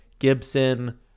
Gibson